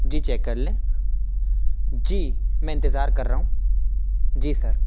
جی check کر لیں جی میں انتظار کر رہا ہوں جی سر